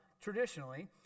traditionally